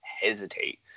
hesitate